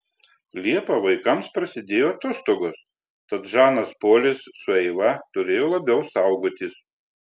liepą vaikams prasidėjo atostogos tad žanas polis su eiva turėjo labiau saugotis